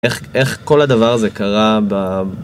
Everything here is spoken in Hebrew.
איך כל הדבר זה קרה ב...